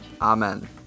Amen